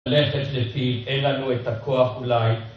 ללכת לפי, אין לנו את הכוח אולי